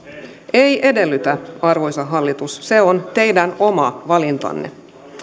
ei edellytä arvoisa hallitus se on teidän oma valintanne